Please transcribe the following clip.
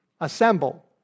assemble